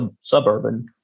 suburban